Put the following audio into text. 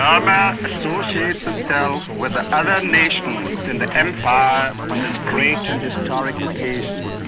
um ah associates itself with the other nations in the empire on this great and historic occasion.